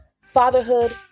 fatherhood